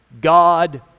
God